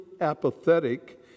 apathetic